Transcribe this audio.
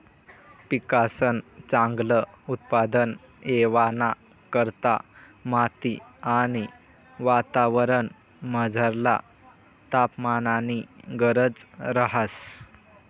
पिकंसन चांगल उत्पादन येवाना करता माती आणि वातावरणमझरला तापमाननी गरज रहास